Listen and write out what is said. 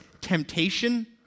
temptation